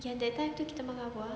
yang that time kita makan apa ah